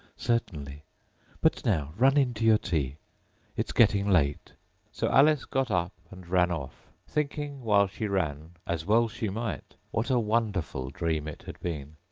certainly but now run in to your tea it's getting late so alice got up and ran off, thinking while she ran, as well she might, what a wonderful dream it had been.